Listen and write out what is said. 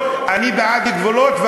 אני בעד גבולות,